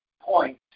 point